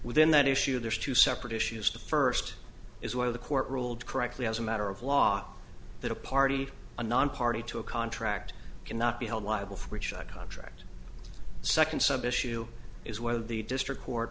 within that issue there's two separate issues the first is whether the court ruled correctly as a matter of law that a party a non party to a contract cannot be held liable for which i contract second sub issue is whether the district court